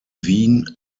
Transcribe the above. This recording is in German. wien